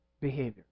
behavior